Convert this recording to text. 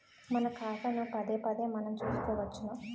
మన ఖాతాను పదేపదే మనం చూసుకోవచ్చును